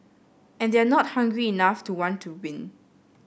and they're not hungry enough to want to win